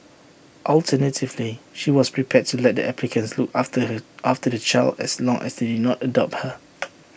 alternatively she was prepared to let the applicants look after her after the child as long as they did not adopt her